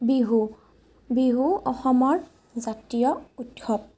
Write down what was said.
বিহু বিহু অসমৰ জাতীয় উৎসৱ